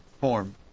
form